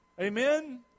Amen